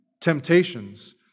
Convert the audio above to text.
temptations